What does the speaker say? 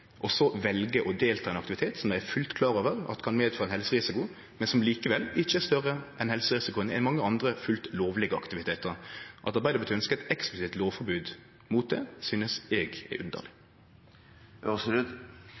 og så vel ein å delta i ein aktivitet der ein er fullt klar over at det kan medføre ein helserisiko, men han er likevel ikkje større enn helserisikoen i mange andre fullt lovlege aktivitetar. At Arbeidarpartiet ønskjer eit eksplisitt lovforbod mot det, synest eg er underleg.